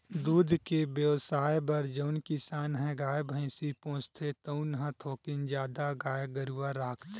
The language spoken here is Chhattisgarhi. दूद के बेवसाय बर जउन किसान ह गाय, भइसी पोसथे तउन ह थोकिन जादा गाय गरूवा राखथे